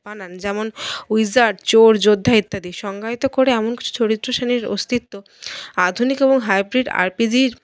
বানান যেমন উইজার্ড চোর যোদ্ধা ইত্যাদি সংজ্ঞায়িত করে এমন কিছু চরিত্র শ্রেণির অস্তিত্ব আধুনিক এবং হাইব্রিড আরপিজির